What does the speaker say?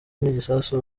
n’igisasu